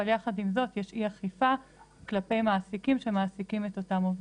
אבל יחד עם זאת יש אי אכיפה כלפי מעסיקים שמעסיקים את אותם עובדים.